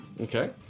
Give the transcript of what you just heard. Okay